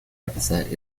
epithet